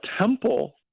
temple